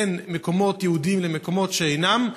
בין מקומות יהודיים למקומות שאינם,